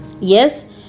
Yes